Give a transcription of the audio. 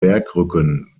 bergrücken